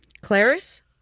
Clarice